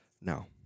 now